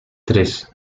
tres